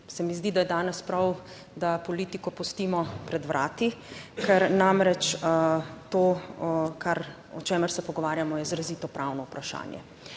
se mi zdi, da je danes prav, da politiko pustimo pred vrati, ker to, o čemer se pogovarjamo, je izrazito pravno vprašanje.